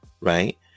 right